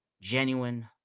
genuine